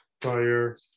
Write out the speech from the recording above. Fire